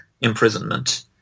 imprisonment